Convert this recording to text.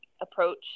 approach